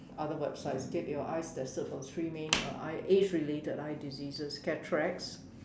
other websites get your eyes tested for three main uh eye age related eye disease cataracts